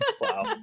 Wow